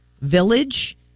village